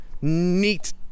neat